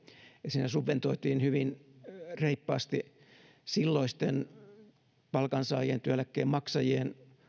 siinä subventoitiin hyvin reippaasti silloisten palkansaajien työeläkkeen maksajien